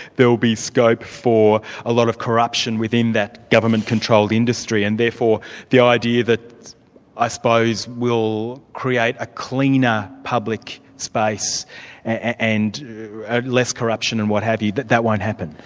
there'll be scope for a lot of corruption within that government-controlled industry and therefore the idea that i suppose we'll create a cleaner public space and less corruption and what have you, that that won't happen?